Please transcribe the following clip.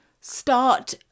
start